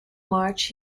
march